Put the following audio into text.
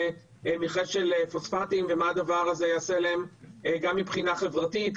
מכרה של פוספטים ומה הדבר הזה יעשה להם גם מבחינה חברתית,